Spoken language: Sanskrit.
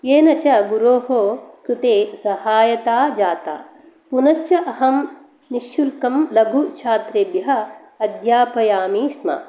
येन च गुरो कृते सहायता जाता पुनश्च अहं निशुल्कं लघुछात्रेभ्य अध्यापयामि स्म